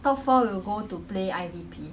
eh